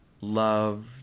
loved